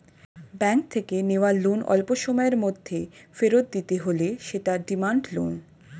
bank থেকে নেওয়া loan অল্পসময়ের মধ্যে ফেরত দিতে হলে সেটা ডিমান্ড লোন